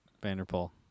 Vanderpool